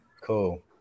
Cool